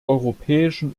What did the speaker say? europäischen